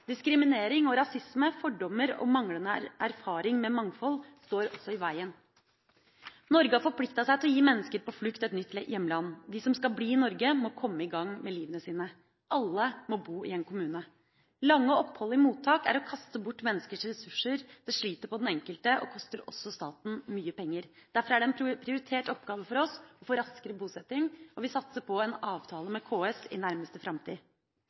Diskriminering og rasisme, fordommer og manglende erfaring med mangfold står også i veien. Norge har forpliktet seg til å gi mennesker på flukt et nytt hjemland. De som skal bli i Norge, må komme i gang med livet sitt. Alle må bo i en kommune. Lange opphold i mottak er å kaste bort menneskers ressurser – det sliter på den enkelte og koster også staten mye penger. Derfor er det en prioritert oppgave for oss å få raskere bosetting. Vi satser på en avtale med KS i nærmeste framtid.